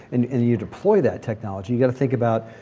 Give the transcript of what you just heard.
and and you deploy that technology, you gotta think about,